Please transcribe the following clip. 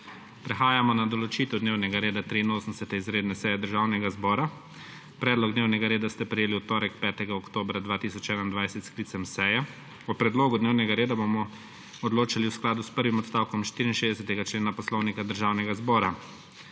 Prehajamo na **določitev dnevnega reda** 83. izredne seje Državnega zbora. Predlog dnevnega reda ste prejeli v torek, 5. oktobra 2021, s sklicem seje. O predlogu dnevnega reda bomo odločali v skladu s prvim odstavkom 64. člena Poslovnika Državnega zbora.